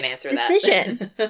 decision